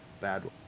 bad